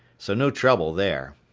so no trouble there.